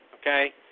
okay